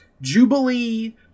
jubilee